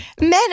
Men